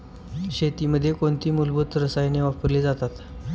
शेतीमध्ये कोणती मूलभूत रसायने वापरली जातात?